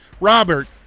Robert